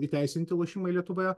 įteisinti lošimai lietuvoje